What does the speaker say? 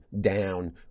down